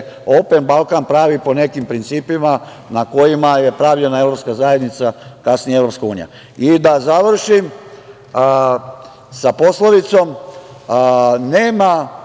„Open Balkan“ pravi po nekim principima na kojima je pravljena Evropska zajednica, kasnije Evropska unija. Da završim sa poslovicom – nema